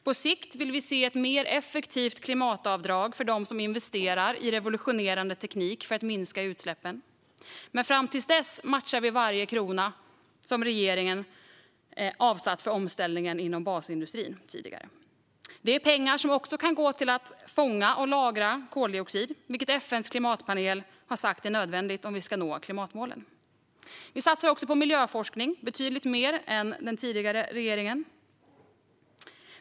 På sikt vill vi se ett mer effektivt klimatavdrag för dem som investerar i revolutionerande teknik för att minska utsläppen. Men fram till dess matchar vi varje krona som den tidigare regeringen avsatt för omställningen inom basindustrin. Det är pengar som också kan gå till att fånga och lagra koldioxid, vilket FN:s klimatpanel har sagt är nödvändigt om vi ska nå klimatmålen. Vi satsar också på miljöforskning, betydligt mer än den tidigare regeringen gjorde.